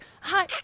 Hi